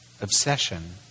obsession